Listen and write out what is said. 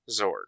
Zord